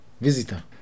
visitor